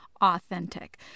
authentic